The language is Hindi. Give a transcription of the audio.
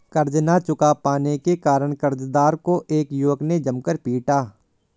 कर्ज ना चुका पाने के कारण, कर्जदार को एक युवक ने जमकर पीटा